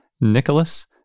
Nicholas